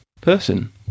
person